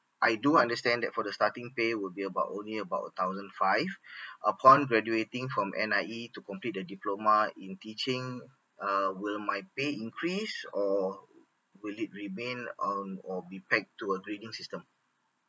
I do understand that for the starting pay would be about only about thousand five upon graduating from N_I_E to complete the diploma in teaching err will my pay increase or will it remain on or be packed to a grading system